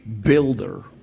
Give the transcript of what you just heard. builder